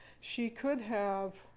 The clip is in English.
she could have